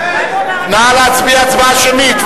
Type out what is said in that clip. נא להצביע הצבעה שמית.